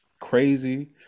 crazy